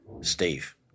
Steve